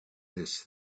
this